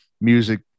music